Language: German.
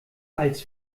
als